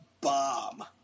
bomb